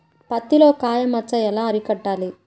పత్తిలో కాయ మచ్చ ఎలా అరికట్టాలి?